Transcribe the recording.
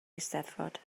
eisteddfod